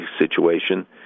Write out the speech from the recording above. situation